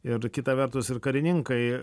ir kita vertus ir karininkai